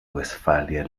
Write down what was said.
westfalia